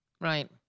right